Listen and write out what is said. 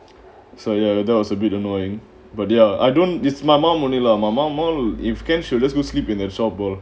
so ya that was a bit annoying but ya I don't this my mum only lah my mum all if can she will just go sleep in the shop all